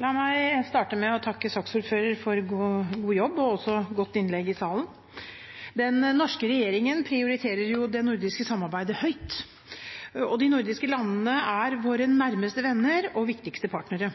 La meg starte med å takke saksordføreren for en god jobb og også for et godt innlegg i salen. Den norske regjeringen prioriterer det norske samarbeidet høyt. De nordiske landene er våre nærmeste venner og viktigste partnere.